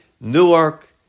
Newark